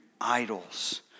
idols